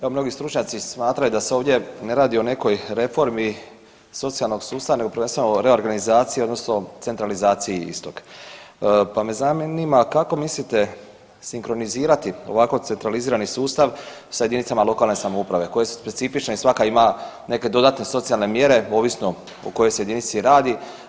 Evo mnogi stručnjaci smatraju da se ovdje ne radi o nekoj reformi socijalnog sustava nego prvenstveno o reorganizaciji odnosno centralizaciji istog, pa me zanima kako mislite sinkronizirati ovako centralizirani sustav sa jedinicama lokalne samouprave koje su specifične i svaka ima neke dodatne socijalne mjere ovisno o kojoj se jedinici radi?